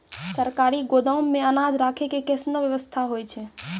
सरकारी गोदाम मे अनाज राखै के कैसनौ वयवस्था होय छै?